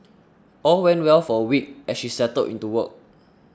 all went well for a week as she settled into work